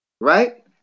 right